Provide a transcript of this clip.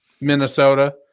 Minnesota